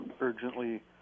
urgently